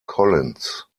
collins